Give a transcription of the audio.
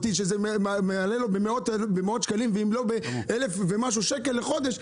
שזה מעלה לו במאות שקלים ואם לא באלף ומשהו שקלים לחודש.